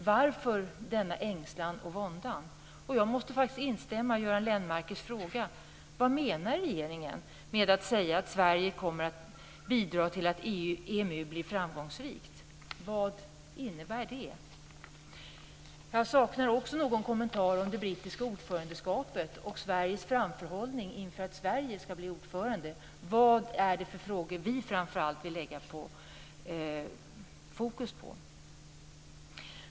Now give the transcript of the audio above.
Varför denna ängslan och vånda? Och jag måste faktiskt instämma i Göran Lennmarkers fråga: Vad menar regeringen med att säga att Sverige kommer att bidra till att EMU blir framgångsrikt? Vad innebär det? Jag saknar också någon kommentar om det brittiska ordförandeskapet och Sveriges framförhållning inför vårt ordförandeskap. Vad är det för frågor vi framför allt vill lägga fokus på?